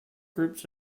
groups